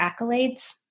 accolades